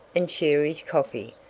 and share his coffee,